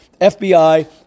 fbi